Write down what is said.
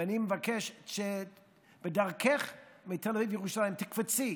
ואני מבקש שבדרכך מתל אביב לירושלים תקפצי,